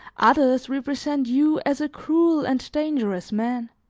others represent you as a cruel and dangerous man.